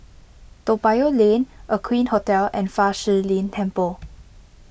Toa Payoh Lane Aqueen Hotel and Fa Shi Lin Temple